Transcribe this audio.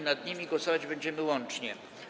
Nad nimi głosować będziemy łącznie.